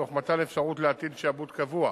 תוך מתן אפשרות להטיל שעבוד קבוע